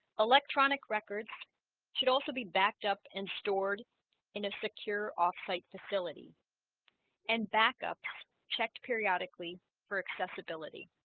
electronic records should also be backed up and stored in a secure off-site facility and backup checked periodically for accessibility